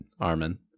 Armin